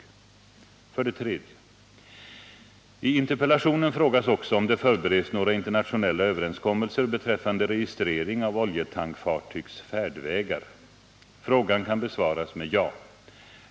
3. I interpellationen frågas också om det förbereds några internationella överenskommelser beträffande registrering av oljetankfartygs färdvägar. Frågan kan besvaras med ja.